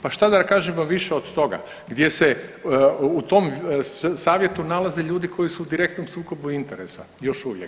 Pa šta da kažemo više od toga, gdje se u tom savjetu nalaze ljudi koji su u direktnom sukobu interesa još uvijek?